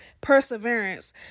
perseverance